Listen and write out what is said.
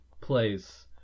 place